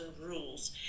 rules